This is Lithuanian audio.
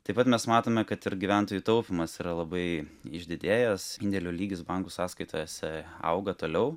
taip pat mes matome kad ir gyventojų taupymas yra labai išdidėjęs indėlių lygis bankų sąskaitose auga toliau